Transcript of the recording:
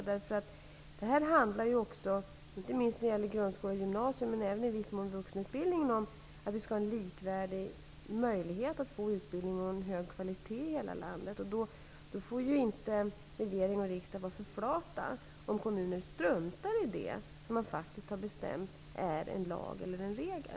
Det här handlar -- det gäller grundskola och gymnasium men även i viss mån vuxenutbildningen -- om att vi skall ha likvärdiga möjligheter att få utbildning av hög kvalitet i hela landet. Då får regeringen och riksdagen inte vara för flata om kommuner struntar i det som faktiskt har bestämts genom en lag eller en regel.